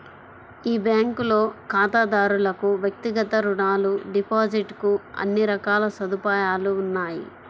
ఈ బ్యాంకులో ఖాతాదారులకు వ్యక్తిగత రుణాలు, డిపాజిట్ కు అన్ని రకాల సదుపాయాలు ఉన్నాయి